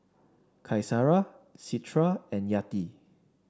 Qaisara Citra and Yati